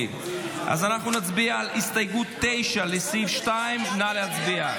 אנחנו נצביע על הסתייגות 9 לסעיף 2. נא להצביע.